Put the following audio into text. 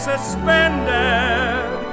suspended